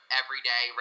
everyday